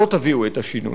לא תביאו את השינוי,